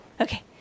okay